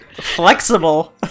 Flexible